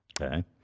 Okay